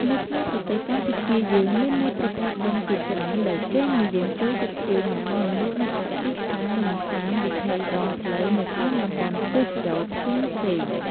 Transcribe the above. នៅក្នុងប្រទេសកម្ពុជាយើងមាននូវប្រភេទនំជាច្រើនដែលគេនិយមចូលចិត្តធ្វើញុាំ និងលក់នៅតាមទីផ្សារ និងតាមវិថីដងផ្លូវនៅតាមតំបន់ទេសចរណ៍ផ្សេងៗ។